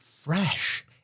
fresh